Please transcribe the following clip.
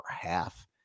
half